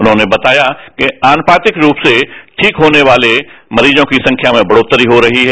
उन्होंने बताया कि अनुपातिक रूप से ठीक होने वाले मरीजों की संख्या में बढ़ोतरी रही है